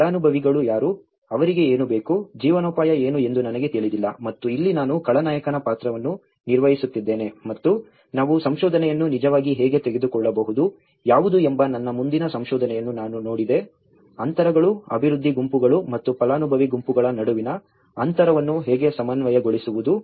ಫಲಾನುಭವಿಗಳು ಯಾರು ಅವರಿಗೆ ಏನು ಬೇಕು ಜೀವನೋಪಾಯ ಏನು ಎಂದು ನನಗೆ ತಿಳಿದಿಲ್ಲ ಮತ್ತು ಇಲ್ಲಿ ನಾನು ಖಳನಾಯಕನ ಪಾತ್ರವನ್ನು ನಿರ್ವಹಿಸುತ್ತಿದ್ದೇನೆ ಮತ್ತು ನಾವು ಸಂಶೋಧನೆಯನ್ನು ನಿಜವಾಗಿ ಹೇಗೆ ತೆಗೆದುಕೊಳ್ಳಬಹುದು ಯಾವುದು ಎಂಬ ನನ್ನ ಮುಂದಿನ ಸಂಶೋಧನೆಯನ್ನು ನಾನು ನೋಡಿದೆ ಅಂತರಗಳು ಅಭಿವೃದ್ಧಿ ಗುಂಪುಗಳು ಮತ್ತು ಫಲಾನುಭವಿ ಗುಂಪುಗಳ ನಡುವಿನ ಅಂತರವನ್ನು ಹೇಗೆ ಸಮನ್ವಯಗೊಳಿಸುವುದು